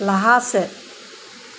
ᱞᱟᱦᱟ ᱥᱮᱫ